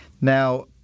Now